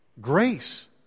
grace